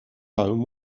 home